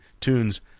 tunes